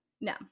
no